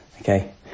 Okay